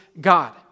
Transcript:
God